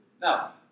Now